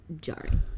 jarring